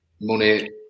money